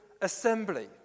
assembly